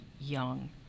young